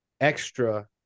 extra